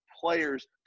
players